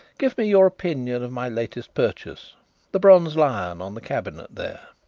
give me your opinion of my latest purchase the bronze lion on the cabinet there.